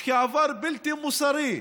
כעבר בלתי מוסרי,